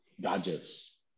gadgets